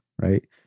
right